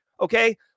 okay